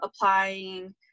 applying